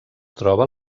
troba